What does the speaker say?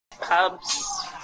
pubs